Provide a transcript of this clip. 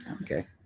Okay